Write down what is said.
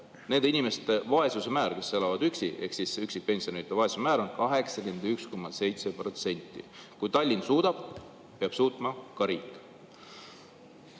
nende inimeste vaesuse määr, kes elavad üksi, ehk üksikpensionäride vaesuse määr on 81,7%. Kui Tallinn suudab, peab suutma ka riik.